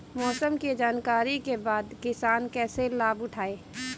मौसम के जानकरी के बाद किसान कैसे लाभ उठाएं?